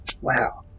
Wow